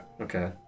Okay